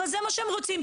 אבל זה מה שהם רוצים.